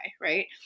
right